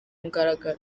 mugaragaro